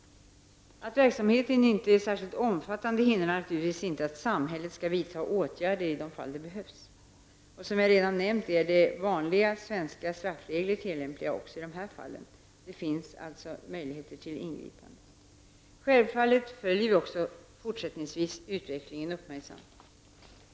Att verksamheten inte är särskilt omfattande hindrar naturligtvis inte att samhället skall vidta åtgärder i de fall där det behövs. Som jag redan har nämnt är de vanliga svenska straffreglerna tillämpliga också i dessa fall. Här finns alltså möjligheter till ingripande. Självfallet följer vi också fortsättningsvis utvecklingen uppmärksamt.